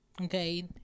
Okay